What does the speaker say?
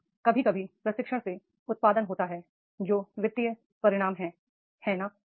या कभी कभी प्रशिक्षण से उत्पादन होता है जो वित्तीय परिणाम है है ना